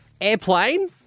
Airplane